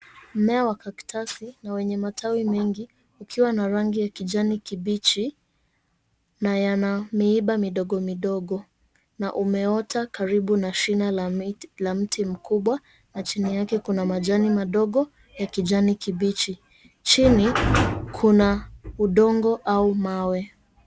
Mmea wa cactusi na wenye matawi mengi ikiwa na rangi ya kijani kibichi na yana miiba midogo midogo, na umeota karibu na shina la mti mkubwa, na chini yake kuna majani madogo ya kijani kibichi. Chini, kuna udongo au mawe.